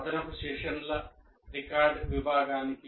అదనపు సెషన్ల రికార్డ్ విభాగానికి